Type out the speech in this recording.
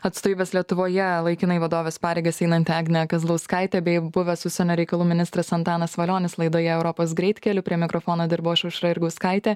atstovybės lietuvoje laikinai vadovės pareigas einanti agnė kazlauskaitė bei buvęs užsienio reikalų ministras antanas valionis laidoje europos greitkeliu prie mikrofono dirbau aš aušra jurgauskaitė